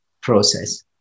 process